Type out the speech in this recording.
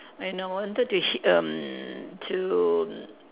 and I wanted to h~ erm to